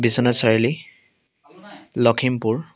Biswanath Chariali Lakhimpur